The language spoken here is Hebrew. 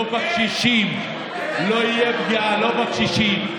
לא תהיה פגיעה לא בקשישים,